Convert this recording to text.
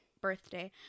birthday